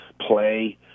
play